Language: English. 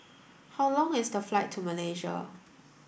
how long is the flight to Malaysia